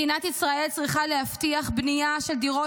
מדינת ישראל צריכה להבטיח בנייה של דירות